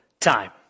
time